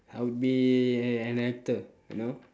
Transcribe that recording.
I would be an an actor you know